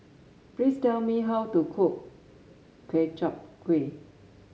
please tell me how to cook Ku Chai Kuih